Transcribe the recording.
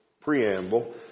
preamble